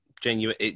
genuine